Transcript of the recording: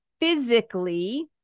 physically